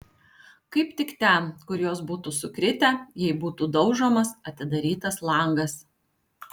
kaip tik ten kur jos būtų sukritę jei būtų daužomas atidarytas langas